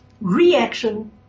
reaction